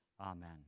Amen